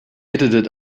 edited